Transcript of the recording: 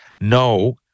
No